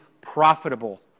profitable